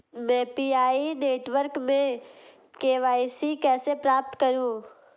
मैं PI network में KYC कैसे प्राप्त करूँ?